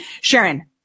Sharon